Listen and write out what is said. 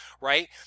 right